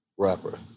rapper